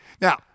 Now